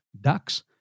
ducks